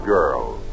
Girls